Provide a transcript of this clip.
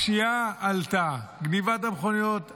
הפשיעה עלתה, גנבת המכוניות עלתה.